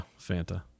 Fanta